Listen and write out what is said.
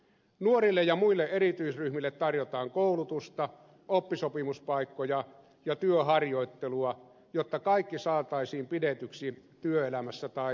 nuorille ja muille erityisryhmille tarjotaan koulutusta oppisopimuspaikkoja ja työharjoittelua jotta kaikki saataisiin pidetyksi työelämässä tai opinnoissa mukana